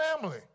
family